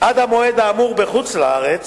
עד המועד האמור בחוץ-לארץ